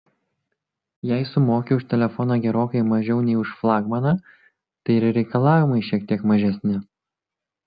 jei sumoki už telefoną gerokai mažiau nei už flagmaną tai ir reikalavimai šiek tiek mažesni